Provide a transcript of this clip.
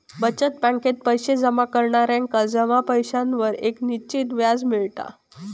बचत बॅकेत पैशे जमा करणार्यांका जमा पैशांवर एक निश्चित व्याज मिळता